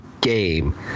game